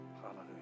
Hallelujah